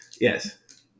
yes